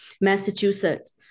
Massachusetts